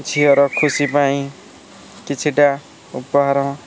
ଝିଅର ଖୁସି ପାଇଁ କିଛିଟା ଉପହାର